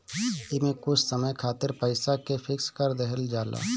एमे कुछ समय खातिर पईसा के फिक्स कर देहल जाला